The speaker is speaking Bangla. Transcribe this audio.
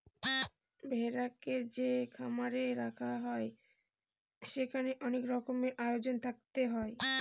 ভেড়াকে যে খামারে রাখা হয় সেখানে অনেক রকমের আয়োজন থাকতে হয়